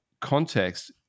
context